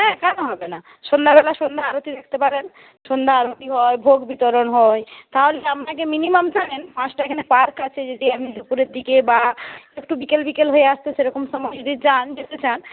হ্যাঁ কেন হবে না সন্ধ্যাবেলার সন্ধ্যা আরতি দেখতে পারেন সন্ধ্যা আরতি হয় ভোগ বিতরণ হয় তাহলে আপনাকে মিনিমাম জানেন পাঁচটা এখানে পার্ক আছে যদি আপনি দুপুরের দিকে বা একটু বিকেল বিকেল হয়ে আসতে সেরকম সময় যদি যান যেতে চান